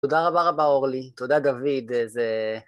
‫תודה רבה רבה, אורלי. ‫תודה, גביד זה..